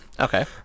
Okay